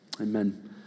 amen